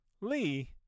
Lee